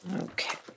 Okay